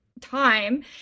time